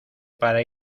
para